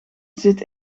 zit